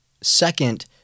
Second